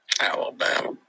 Alabama